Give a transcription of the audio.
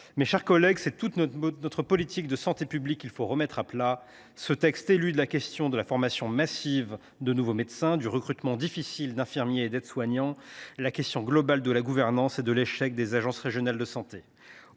Mes chers collègues, c’est toute notre politique de santé publique qu’il faut remettre à plat. Ce texte élude la question de la formation massive de nouveaux médecins, du recrutement difficile d’infirmiers et d’aides soignants, la question globale de la gouvernance et de l’échec des agences régionales de santé.